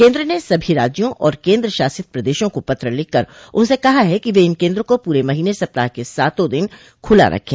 केन्द्र ने सभी राज्यों और केन्द्रशासित प्रदेशों को पत्र लिखकर उनसे कहा है कि वे इन केंद्रों को पूरे महीने सप्ताह क सातों दिन खुला रखें